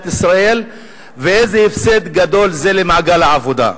ישראל ואיזה הפסד גדול זה למעגל העבודה.